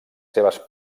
seves